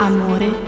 Amore